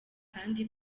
kandi